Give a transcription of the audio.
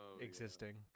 existing